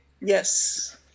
yes